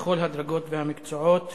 בכלל הדרגות והמקצועות,